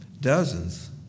dozens